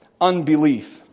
unbelief